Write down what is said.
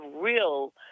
real